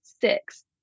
six